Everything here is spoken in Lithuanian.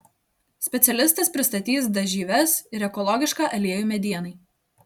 specialistas pristatys dažyves ir ekologišką aliejų medienai